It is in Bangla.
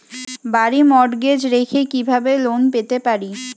বাড়ি মর্টগেজ রেখে কিভাবে লোন পেতে পারি?